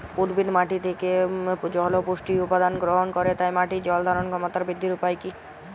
উদ্ভিদ মাটি থেকে জল ও পুষ্টি উপাদান গ্রহণ করে তাই মাটির জল ধারণ ক্ষমতার বৃদ্ধির উপায় কী?